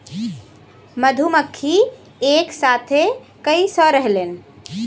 मधुमक्खी एक साथे कई सौ रहेलन